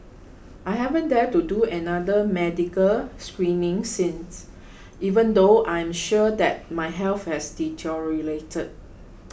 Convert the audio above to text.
I haven't dared to do another medical screening since even though I am sure that my health has deteriorated